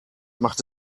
macht